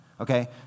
okay